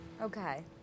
Okay